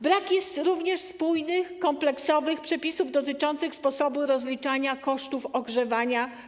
Brak jest również spójnych, kompleksowych przepisów dotyczących sposobu rozliczania kosztów ogrzewania.